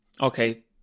Okay